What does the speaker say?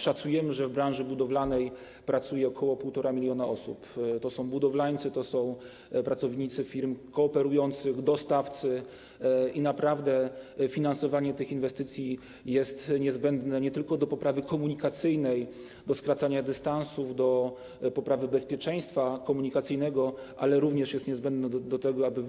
Szacujemy, że w branży budowlanej pracuje ok. 1,5 mln osób - to są budowlańcy, to są pracownicy firm kooperujących, dostawcy - i naprawdę finansowanie tych inwestycji nie tylko jest niezbędne do poprawy komunikacyjnej, do skracania dystansów, do poprawy bezpieczeństwa komunikacyjnego, ale również jest niezbędne do tego, aby